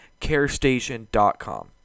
carestation.com